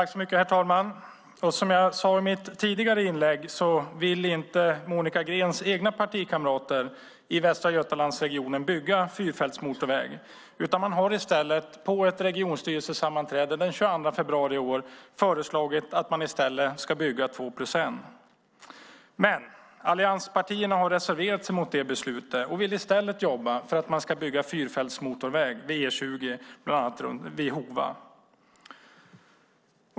Herr talman! Som jag sade i mitt tidigare inlägg vill inte Monica Greens partikamrater i Västra Götalandsregionen bygga fyrfältsmotorväg. Man föreslog i stället på ett regionstyrelsesammanträde den 22 februari i år att man ska bygga två-plus-ett-väg. Allianspartierna har reserverat sig mot det beslutet och vill i stället jobba för att bygga fyrfältsmotorväg vid E20, bland annat vid Hova.